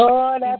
Lord